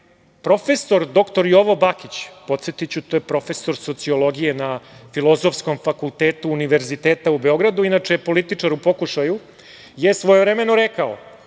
je? Profesor dr Jovo Bakić, podsetiću, to je profesor sociologije na Filozofskom fakultetu Univerziteta u Beogradu, inače je političar u pokušaju, je svojevremeno rekao: